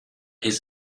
his